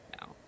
No